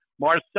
Marcel